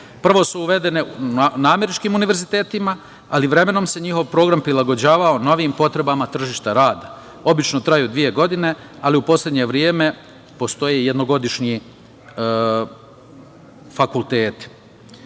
Prvo su uvedene na američkim univerzitetima, ali vremenom se njihov program prilagođavao novim potrebama tržišta rada. Obično traju dve godine, ali u poslednje vreme postoji jednogodišnji